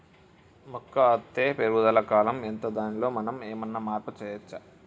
మొక్క అత్తే పెరుగుదల కాలం ఎంత దానిలో మనం ఏమన్నా మార్పు చేయచ్చా?